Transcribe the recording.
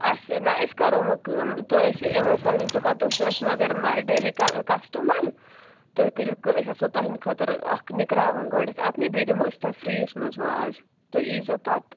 اچھا نہٕ أسۍ کَرو وۅنۍ کٲم تُہۍ آسِو یِوان سٲنِس دُکان تُہۍ چھُو اَسہِ مگر مہٕ ڈِیلی کَسٹٕمَر تُہۍ کٔرِو کٲم أسۍ آسَو تُہٕنٛدِ خٲطرٕ اکھ نِکراوان گۄڈٕنیٚتھ اَتۍنٕے بیٚیہِ دِمو أسۍ تۄہہِ فٛری یَس منٛز وۅں اَز تُہۍ ییٖزیٚو پتہٕ